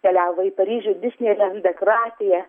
keliavo į paryžių disneilendą kroatiją